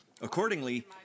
Accordingly